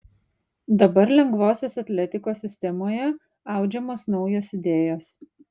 dabar lengvosios atletikos sistemoje audžiamos naujos idėjos